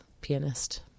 pianist